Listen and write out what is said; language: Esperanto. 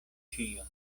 ĉio